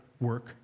work